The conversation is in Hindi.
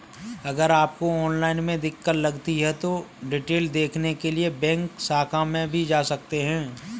अगर आपको ऑनलाइन में दिक्कत लगती है तो डिटेल देखने के लिए बैंक शाखा में भी जा सकते हैं